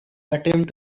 attempt